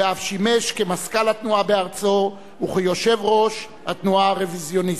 ואף שימש מזכ"ל התנועה בארצו ויושב-ראש התנועה הרוויזיוניסטית.